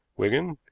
wigan?